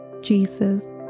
Jesus